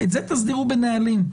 את זה תסדירו בנהלים.